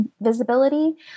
visibility